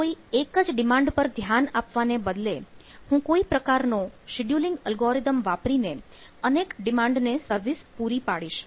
કોઈ એક જ ડિમાન્ડ પર ધ્યાન આપવાને બદલે હું કોઈ પ્રકારનો શિડયુલિંગ અલ્ગોરિધમ વાપરીને અનેક ડિમાન્ડને સર્વિસ પૂરી પાડીશ